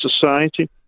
society